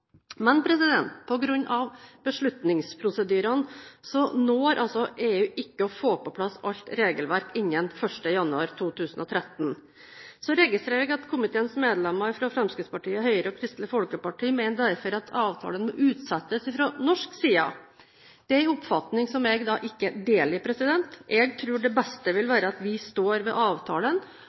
Men på grunn av beslutningsprosedyrene rekker ikke EU å få på plass alt regelverk innen 1. januar 2013. Så registrerer jeg at komiteens medlemmer fra Fremskrittspartiet, Høyre og Kristelig Folkeparti derfor mener at avtalen må utsettes fra norsk side. Det er en oppfatning som jeg ikke deler. Jeg tror det beste vil være at vi står ved avtalen,